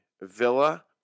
Villa